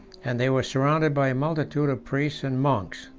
and they were surrounded by a multitude of priests and monks.